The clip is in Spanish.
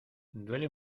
duele